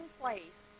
place